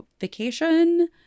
vacation